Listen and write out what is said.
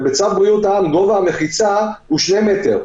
ובצו בריאות העם גובה המחיצה הוא שני מטר.